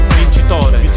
vincitore